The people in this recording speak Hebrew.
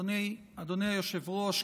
אדוני היושב-ראש,